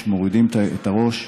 מורידים את הראש,